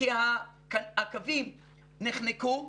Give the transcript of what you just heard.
כי הקווים נחנקו.